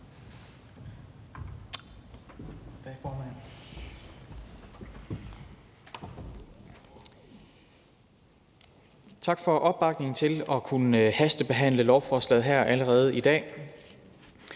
Tak for opbakningen til at kunne hastebehandle lovforslaget her allerede i dag.